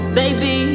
baby